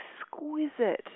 exquisite